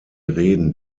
reden